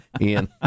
Ian